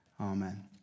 amen